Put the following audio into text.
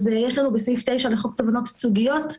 אז יש לנו בסעיף 9 לחוק תובנות ייצוגיות,